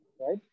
right